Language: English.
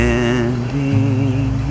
ending